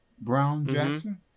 Brown-Jackson